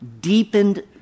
deepened